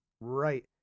right